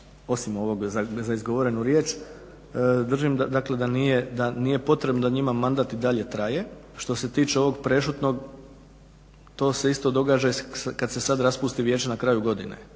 osim ovog za izgovorenu riječ, držim dakle da nije potrebno da njima mandat i dalje traje, što se tiče ovog prešutnog to se isto događa kad se sad raspusti vijeće na kraju godine,